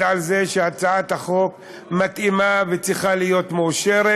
על זה שהצעת החוק מתאימה וצריכה להיות מאושרת.